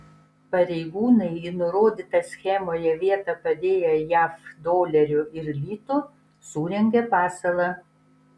pareigūnai į nurodytą schemoje vietą padėję jav dolerių ir litų surengė pasalą